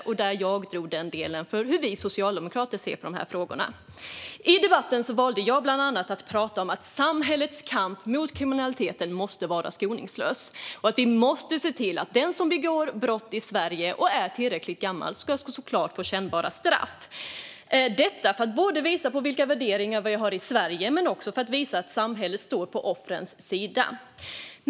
Där var det jag som föredrog delen om hur vi socialdemokrater ser på dessa frågor. I debatten valde jag bland annat att prata om att samhällets kamp mot kriminaliteten måste vara skoningslös och att vi måste se till att den som begår brott i Sverige och är tillräckligt gammal ska få kännbara straff, detta både för att visa vilka värderingar vi har i Sverige och för att visa att samhället står på offrens sida.